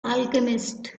alchemist